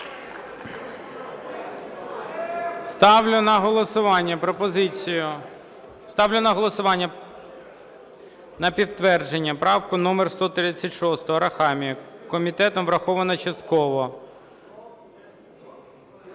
Ставлю на підтвердження правку номер 136 Арахамії. Комітетом врахована частково.